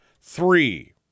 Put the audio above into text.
three